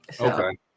Okay